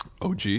OG